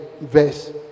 verse